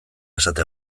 esate